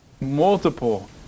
multiple